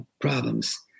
problems